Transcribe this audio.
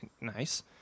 nice